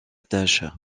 tâche